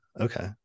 Okay